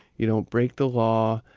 you don't break the law,